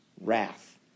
wrath